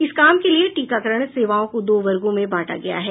इस काम के लिए टीकाकरण सेवाओं को दो वर्गो में बांटा गया है